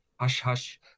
hush-hush